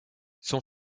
son